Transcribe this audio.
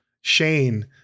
Shane